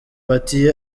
party